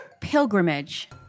pilgrimage